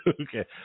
Okay